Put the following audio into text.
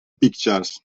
pictures